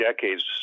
decades